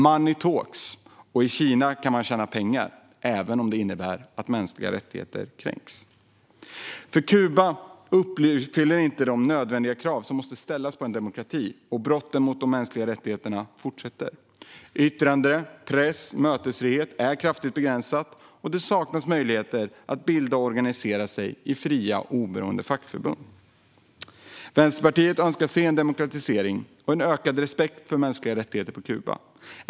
Money talks, och i Kina kan man tjäna pengar även om det innebär att mänskliga rättigheter kränks. Kuba uppfyller inte de nödvändiga krav som måste ställas på en demokrati, och brotten mot de mänskliga rättigheterna fortsätter. Yttrande-, press och mötesfrihet är kraftigt begränsade, och det saknas möjligheter att bilda och organisera sig i fria, oberoende fackförbund. Vänsterpartiet önskar se en demokratisering och en ökad respekt för mänskliga rättigheter på Kuba.